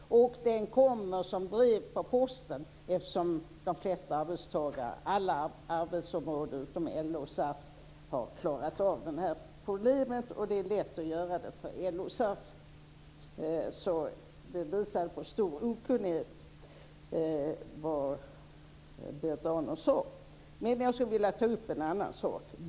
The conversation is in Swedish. Och den kommer som ett brev på posten, eftersom de flesta arbetstagare på alla avtalsområden utom LO och SAF har klarat av det här problemet, och det är lätt att göra det för LO och SAF. Vad Berit Andnor sade visar alltså på stor okunnighet. Men jag skulle vilja ta upp en annan sak.